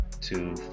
two